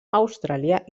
austràlia